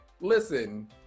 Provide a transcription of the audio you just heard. Listen